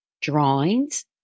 drawings